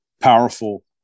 Powerful